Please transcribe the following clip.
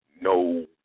no